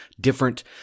different